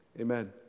Amen